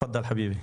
תפדל חביבי.